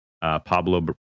Pablo